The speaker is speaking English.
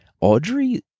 Audrey